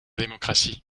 démocratie